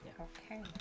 Okay